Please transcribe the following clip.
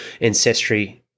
ancestry